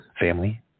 family